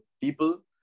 people